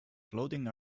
floating